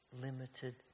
limited